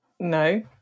no